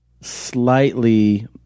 slightly